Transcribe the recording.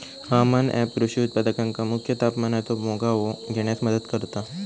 हवामान ऍप कृषी उत्पादकांका मुख्य तापमानाचो मागोवो घेण्यास मदत करता